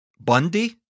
Bundy